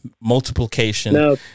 Multiplication